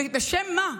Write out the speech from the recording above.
ובשם מה?